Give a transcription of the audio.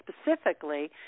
specifically